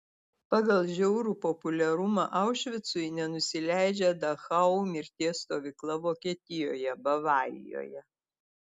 pagal žiaurų populiarumą aušvicui nenusileidžia dachau mirties stovykla vokietijoje bavarijoje